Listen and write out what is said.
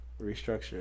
Restructure